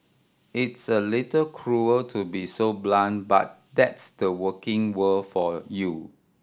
it's a little cruel to be so blunt but that's the working world for you